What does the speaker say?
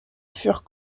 furent